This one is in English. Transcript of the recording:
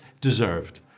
deserved